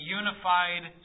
unified